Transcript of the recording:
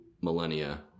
millennia